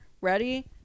ready